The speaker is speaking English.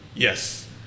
Yes